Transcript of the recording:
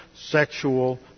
Sexual